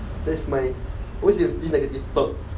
that's my always have these negative thought